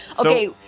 Okay